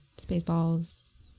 Spaceballs